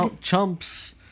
Chumps